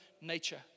nature